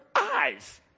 eyes